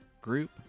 group